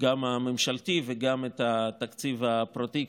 גם את הממשלתי וגם את התקציב הפרטי,